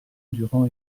durant